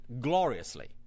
gloriously